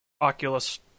Oculus